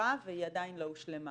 מהפכה והיא עדיין לא הושלמה.